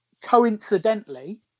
coincidentally